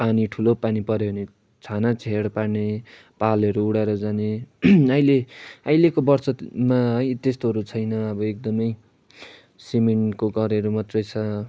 पानी ठुलो पानी पऱ्यो भने छाना छेड पार्ने पालहरू उडाएर जाने अहिले अहिलेको वर्षतमा है त्यस्तोहरू छैन अब एकदमै सिमेन्टको घरहरू मात्रै छ